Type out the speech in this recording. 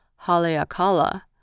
Haleakala